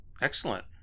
Excellent